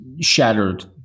shattered